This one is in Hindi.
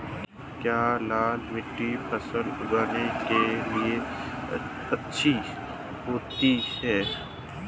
क्या लाल मिट्टी फसल उगाने के लिए अच्छी होती है?